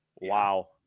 Wow